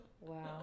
Wow